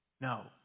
No